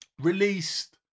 released